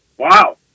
Wow